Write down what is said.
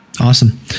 Awesome